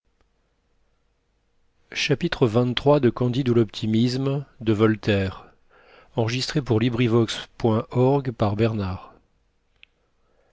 de candide à m de voltaire